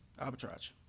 arbitrage